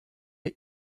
est